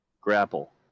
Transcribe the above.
Grapple